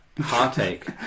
heartache